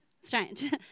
Strange